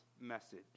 message